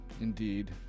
indeed